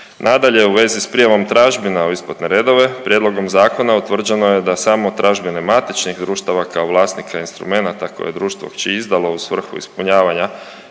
Nadalje, u vezi s prijavom tražbina u isplatne redove prijedlogom zakona utvrđeno je da samo tražbine matičnih društava kao vlasnika instrumenata koje je društvo uopće izdalo u svrhu ispunjavanja